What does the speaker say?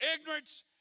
ignorance